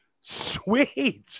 sweet